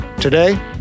Today